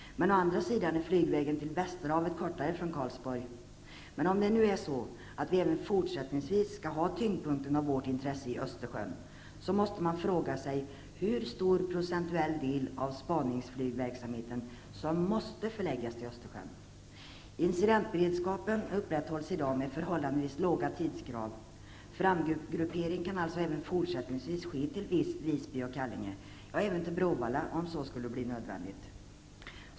Men å andra sidan är flygvägen till västerhavet kortare från Karlsborg. Om det nu är så att vi även fortsättningsvis skall ha tyngpunkten av vårt intresse i Östersjön måste man fråga sig hur stor procentuell del av spaningsflygverksamheten som måste förläggas till Östersjön. Incidentberedskapen upprätthålls i dag med förhållandevis låga tidskrav. Framgruppering kan alltså även fortsättningsvis ske till Visby och Kallinge -- ja, även till Bråvalla om så skulle bli nödvändigt.